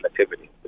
activity